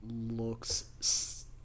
looks